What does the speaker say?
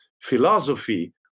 philosophy